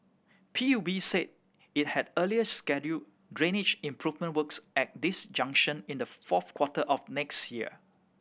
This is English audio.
P U B said it had earlier scheduled drainage improvement works at this junction in the fourth quarter of next year